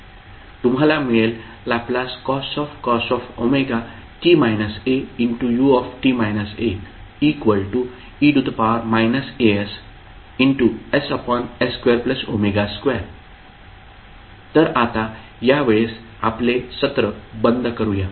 तुम्हाला मिळेल Lcos wt aue asss2w2 तर आता या वेळेस आपले सत्र बंद करूया